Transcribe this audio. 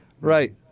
Right